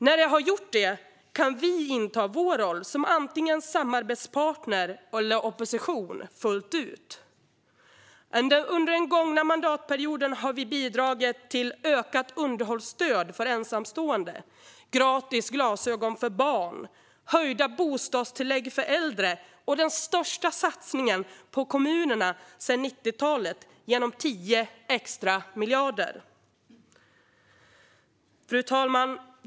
När det är gjort kan vi inta vår roll som antingen samarbetspartner eller opposition fullt ut. Under den gångna mandatperioden har vi bidragit till ökat underhållsstöd för ensamstående, gratis glasögon för barn, höjda bostadstillägg för äldre och den största satsningen på kommunerna sedan 90-talet genom 10 extra miljarder. Fru talman!